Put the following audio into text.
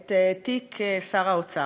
את תיק שר האוצר.